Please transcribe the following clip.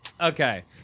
Okay